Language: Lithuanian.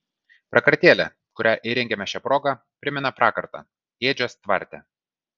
prakartėlė kurią įrengiame šia proga primena prakartą ėdžias tvarte